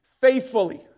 faithfully